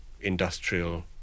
industrial